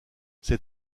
ces